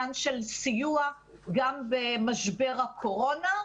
לעניין של סיוע גם במשבר הקורונה.